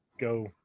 go